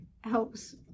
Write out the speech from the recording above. helps